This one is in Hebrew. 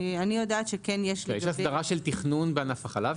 אני יודעת שכן יש הסדרה --- יש הסדרה של תכנון בענף החלב,